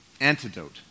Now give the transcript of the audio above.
antidote